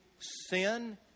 sin